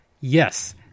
Yes